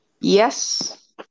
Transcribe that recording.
Yes